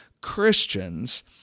Christians